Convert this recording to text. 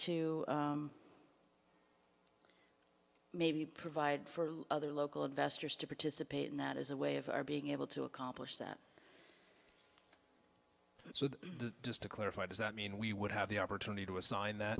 to maybe provide for other local investors to participate in that as a way of our being able to accomplish that so just to clarify does that mean we would have the opportunity to assign